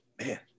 Man